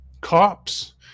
cops